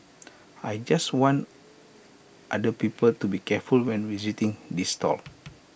I just want other people to be careful when visiting this stall